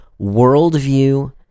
worldview